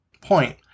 point